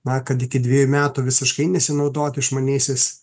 na kad iki dviejų metų visiškai nesinaudot išmaniaisiais